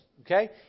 okay